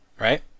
Right